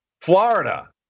Florida